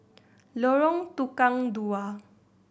Lorong Tukang Dua